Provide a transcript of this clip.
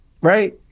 right